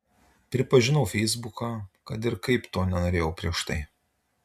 pripažinau feisbuką kad ir kaip to nenorėjau prieš tai